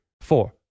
four